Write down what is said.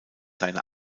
seine